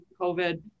COVID